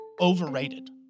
overrated